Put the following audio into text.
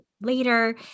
later